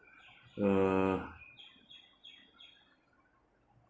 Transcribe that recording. uh